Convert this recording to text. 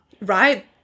Right